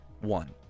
one